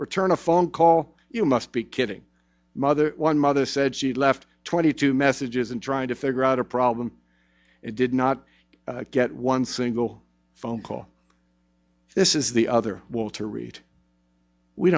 return a phone call you must be kidding mother one mother said she left twenty two messages and trying to figure out a problem and did not get one single phone call this is the other walter reed we